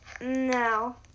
No